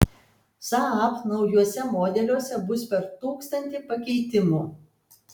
saab naujuose modeliuose bus per tūkstantį pakeitimų